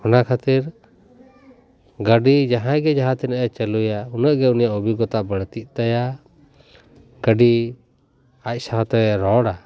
ᱚᱱᱟ ᱠᱷᱟᱹᱛᱤᱨ ᱜᱟᱹᱰᱤ ᱡᱟᱦᱟᱸᱭ ᱜᱮ ᱡᱟᱦᱟᱸ ᱛᱤᱱᱟᱜᱼᱮ ᱪᱟᱹᱞᱩᱭᱟ ᱩᱱᱟᱹᱜ ᱜᱮ ᱩᱱᱤᱭᱟᱜ ᱚᱵᱷᱤᱜᱽᱜᱚᱛᱟ ᱵᱟᱹᱲᱛᱤᱜ ᱛᱟᱭᱟ ᱜᱟᱹᱰᱤ ᱟᱡ ᱥᱟᱶᱛᱮᱭ ᱨᱚᱲᱟ